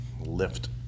lift